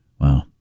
Wow